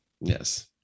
Yes